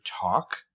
talk